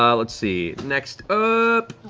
um let's see. next up,